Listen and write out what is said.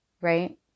right